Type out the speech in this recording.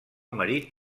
marit